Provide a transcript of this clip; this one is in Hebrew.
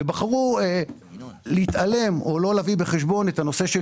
ובחרו להתעלם או לא להביא בחשבון את הנושא של